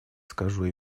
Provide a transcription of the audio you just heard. скажу